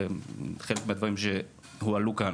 אבל חלק מהדברים שהועלו כאן